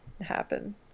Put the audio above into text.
happen